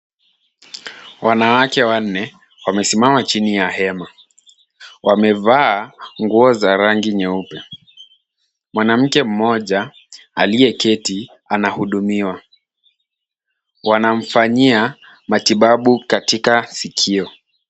Wanawake wanne wamesimama chini ya hema. Wamevaa nguo za rangi nyeupe. Mwanamke mmoja aliyeketi anahudumiwa. Wanamfanyia matibabu katika sikio.